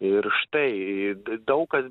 ir štai daug kas